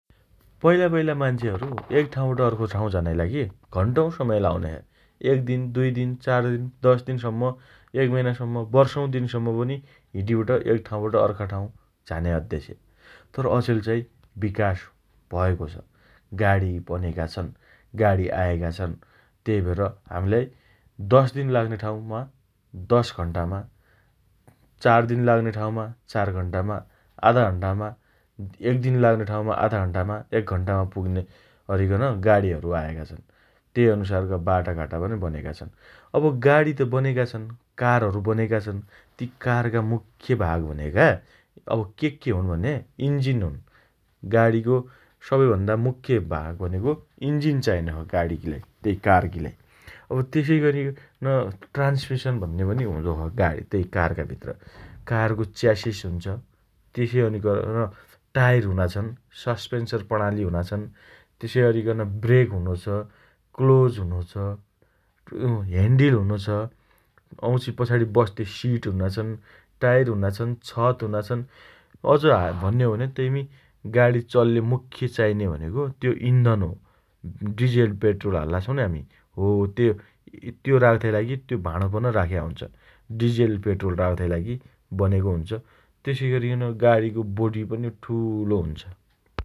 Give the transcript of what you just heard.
पैला पैला मान्छेहरु एक ठाउँबाट अर्को ठाउँ झानाइ लागि घण्टौं समय लाउने छे । एकदिन दुइ दिन, चार दिन दश दिनसम्म एक महिनासम्म, वर्षौ दिनसम्म पनि हिडिबट एक ठाउँबट अर्का ठाउँ झाने अद्दे छे । तर, अचेल चाइ विकास भएको छ । गाडी बनेका छन् । गाडी आएका छन् । तेइ भएर हम्लाई दश दिन लाग्ने ठाउँमा दश घण्टामा चार दिन लाग्ने ठाउँमा चार घण्टामा आधा घण्टामा एक दिन लाग्ने ठाउँमा आधा घण्टामा एक घण्टामा पुग्ने अरिकन गाडीहरु आएका छन् । तेइ अनुसारका बाटा घाटा बनेका छन् । अब गाडी त बनेका छन् । कारहरु बनेका छन् । ती कारका मुख्य भाग भनेका अब के के हुन भने इन्जिन हुन् । गाडीको सबैभन्दा मुख्य भाग भनेको इन्जिन चाइनो छ गाडीगीलाई तेइ कारकीलाई । अब तेसइगरिकन ट्रान्समिसन भन्ने पनि हुँदो छ गाडी तेइ कारका भित्र कारको च्यासिस हुन्छ । तेसइ अरिकन टाइर हुना छन् । सस्पेन्सर प्रणाली हुना छन् । तेसइअरिकन ब्रेक हुनो छ । क्लोज हुनोछ । अ उ हेण्डिल हुनो छ । वाउँछि पछाडि बस्ते सिट हुना छन् । टाइर हुना छन् । छत हुना छन् । अझ भन्ने हो भने तेइमी गाडी चल्ले मुख्य चाइने भनेको त्यो इन्धन हो । डिजेल पेट्रोल हाल्ला छौँनी हामी हो त्यो राख्ताइ लागि त्यो भाणोपन राख्या हुन्छ । डिजेल पेट्रोल राख्ताइ लागि बनेको हुन्छ । तेसइअरिकन गाडीको बोडि पनि ठूलो हुन्छ ।